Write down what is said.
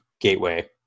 gateway